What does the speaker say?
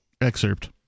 excerpt